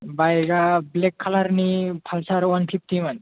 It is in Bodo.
बाइकआ ब्लेक खालारनि पालसार वान फिभटिमोन